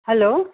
hello